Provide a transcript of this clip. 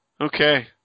Okay